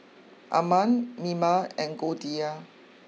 Arman Mima and Goldia